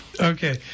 Okay